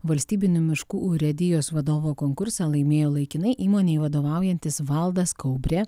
valstybinių miškų urėdijos vadovo konkursą laimėjo laikinai įmonei vadovaujantis valdas kaubrė